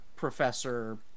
professor